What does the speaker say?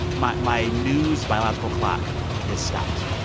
but my my news biological clock has stopped.